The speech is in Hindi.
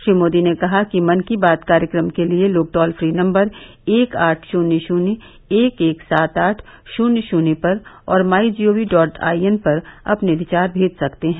श्री मोदी ने कहा कि मन की बात कार्यक्रम के लिए लोग टोल फ्री नम्बर एक आठ शून्य शून्य एक एक सात आठ शून्य शून्य पर और my G O V dot I N पर अपने विचार भेज सकते हैं